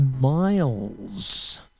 Miles